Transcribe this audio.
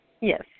Yes